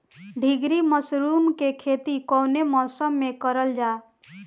ढीघरी मशरूम के खेती कवने मौसम में करल जा?